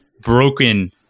broken